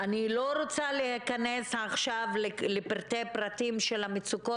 אני לא רוצה להיכנס עכשיו לפרטי פרטים של המצוקות,